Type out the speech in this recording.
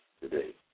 today